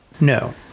No